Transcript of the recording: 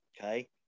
Okay